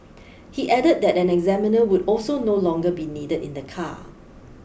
he added that an examiner would also no longer be needed in the car